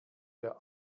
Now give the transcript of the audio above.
der